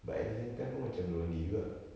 but at the same time pun macam lonely juga